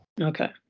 Okay